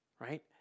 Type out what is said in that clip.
right